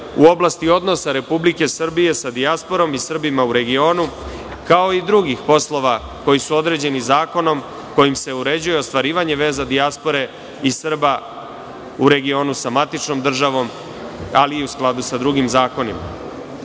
u oblasti odnosa Republike Srbije sa dijasporom i Srbima u regionu, kao i drugih poslova, koji su određeni zakonom, kojim se uređuje ostvarivanje veza dijaspore i Srba u regionu sa matičnom državom, ali i u skladu sa drugim zakonom. Pored